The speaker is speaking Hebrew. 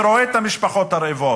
ורואה את המשפחות הרעבות,